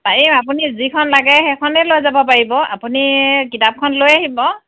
পাৰিম আপুনি যিখন লাগে সেইখনেই লৈ যাব পাৰিব আপুনি কিতাপখন লৈ আহিব